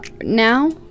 now